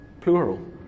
Plural